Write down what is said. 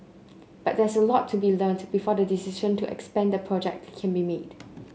but there's a lot to be learnt before the decision to expand the project can be made